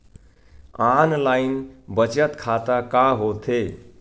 Online बचत खाता का होथे?